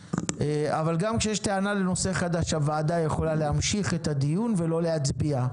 אבל גם כשיש טענה לנושא חדש הוועדה יכולה להמשיך את הדיון ולא להצביע.